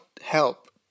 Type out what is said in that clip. help